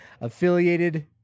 affiliated